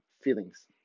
feelings